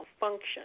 malfunction